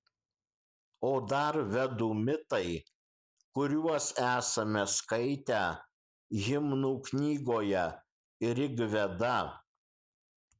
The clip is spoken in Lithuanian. o dar vedų mitai kuriuos esame skaitę himnų knygoje rigveda